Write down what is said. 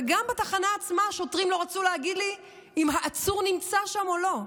וגם בתחנה עצמה השוטרים לא רצו להגיד לי אם העצור נמצא שם או לא,